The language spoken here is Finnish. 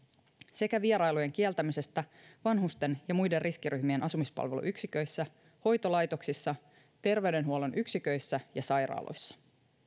sekä vierailujen kieltämisestä vanhusten ja muiden riskiryhmien asumispalveluyksiköissä hoitolaitoksissa terveydenhuollon yksiköissä ja sairaaloissa